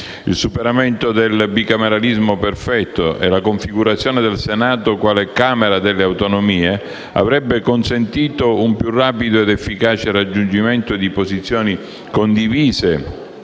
Il superamento del bicameralismo perfetto e la configurazione del Senato quale Camera delle autonomie avrebbe consentito un più rapido ed efficace raggiungimento di posizioni condivise